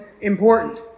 important